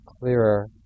clearer